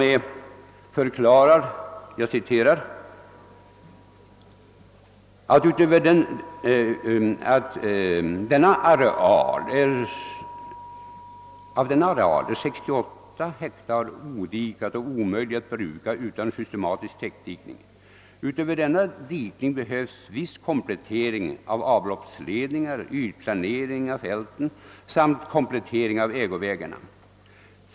Man förklarar t.o.m. följande: »Av denna areal är 68 ha odikad och omöjlig att bruka utan systematisk täckdikning. Utöver denna dikning behövs viss komplettering av avloppsledningar, ytplanering av fälten samt komplettering av ägovägarna.